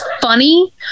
funny